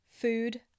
Food